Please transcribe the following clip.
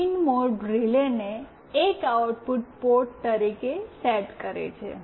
pinMode રિલે1 ને output port તરીકે સેટ કરે છે